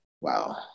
Wow